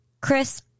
Chris